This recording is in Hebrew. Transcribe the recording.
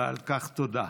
ועל כך תודה.